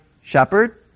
shepherd